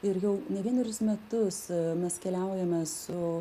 ir jau ne vienerius metus mes keliaujame su